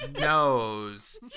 knows